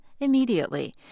immediately